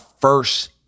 first